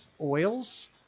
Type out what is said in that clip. oils